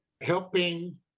helping